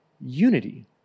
unity